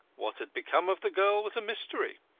what had become of the girl was a mystery.